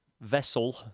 vessel